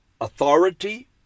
authority